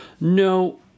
No